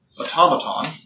automaton